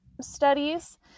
studies